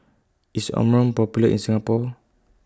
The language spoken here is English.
IS Omron Popular in Singapore